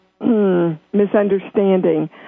misunderstanding